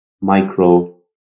micro